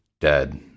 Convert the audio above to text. dead